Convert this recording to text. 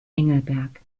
engelberg